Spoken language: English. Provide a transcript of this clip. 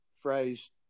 phrase